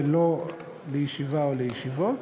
ולא לישיבה או לישיבות.